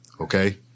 Okay